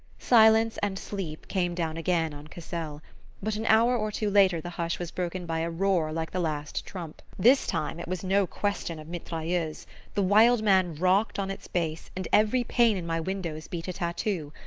silence and sleep came down again on cassel but an hour or two later the hush was broken by a roar like the last trump. this time it was no question of mitrailleuses. the wild man rocked on its base, and every pane in my windows beat a tattoo.